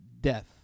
death